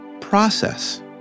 process